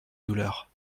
douleur